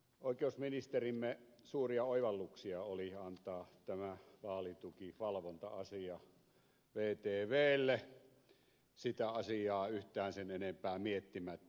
oikeusministerimme suuria oivalluksia oli antaa tämä vaalitukivalvonta asia vtvlle sitä asiaa yhtään sen enempää miettimättä